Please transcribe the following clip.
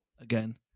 again